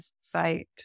site